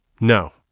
no